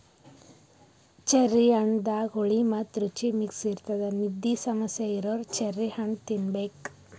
cherry ಹಣ್ಣದಾಗ್ ಹುಳಿ ಮತ್ತ್ ರುಚಿ ಮಿಕ್ಸ್ ಇರ್ತದ್ ನಿದ್ದಿ ಸಮಸ್ಯೆ ಇರೋರ್ ಚೆರ್ರಿ ಹಣ್ಣ್ ತಿನ್ನಬೇಕ್